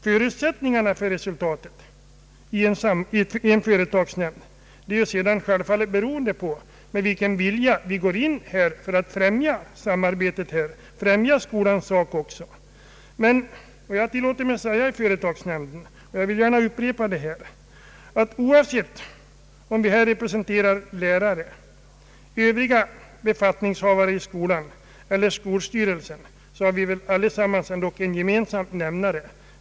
Förutsättningarna för resultatet i en företagsnämnd är självklart beroende på med vilken vilja vi går in för att främja samarbetet och skolans sak. Jag tillät mig säga i företagsnämnden, och jag vill gärna upprepa det här, att oavsett om vi representerar lärare, övriga befattningshavare i skolan eller skolstyrelsen så har vi allesammans en gemensam nämnare.